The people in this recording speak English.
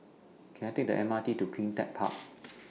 Can I Take The M R T to CleanTech Park